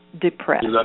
depressed